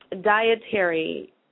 dietary